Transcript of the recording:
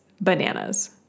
bananas